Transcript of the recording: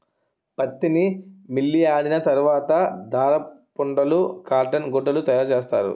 పత్తిని మిల్లియాడిన తరవాత దారపుండలు కాటన్ గుడ్డలు తయారసేస్తారు